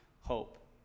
hope